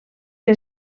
que